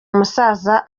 musaza